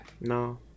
no